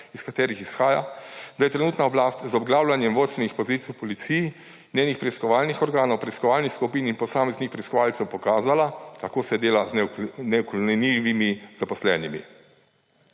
iz katerih izhaja, da je trenutna oblast z obglavljanjem vodstvenih pozicij v policiji, njenih preiskovalnih organov, preiskovalnih skupin in posameznih preiskovalcev pokazala, kako se dela z neuklonljivimi zaposlenimi.